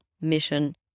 mission